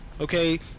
okay